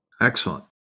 Excellent